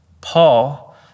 Paul